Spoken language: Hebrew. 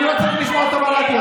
אני לא צריך לשמוע אותו ברדיו.